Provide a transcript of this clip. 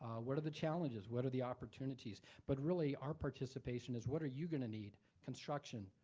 what are the challenges? what are the opportunities? but really, our participation is, what are you gonna need? construction,